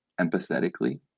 empathetically